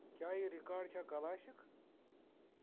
کیٛاہ یہِ ریکاڈ چھَا کلاسِک